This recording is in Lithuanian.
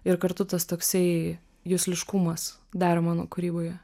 ir kartu tas toksai jusliškumas dar mano kūryboje